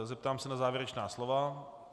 Zeptám se na závěrečná slova.